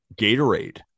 Gatorade